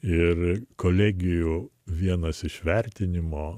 ir kolegijų vienas iš vertinimo